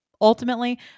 Ultimately